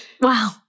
Wow